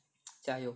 加油